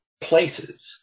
places